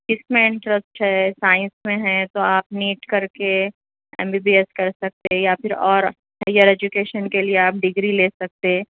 کس میں انٹرسٹ ہے سائنس میں ہے تو آپ نیٹ کر کے ایم بی بی ایس کر سکتے یا پھر اور ہائیر ایجوکینش کے لیے آپ ڈگری لے سکتے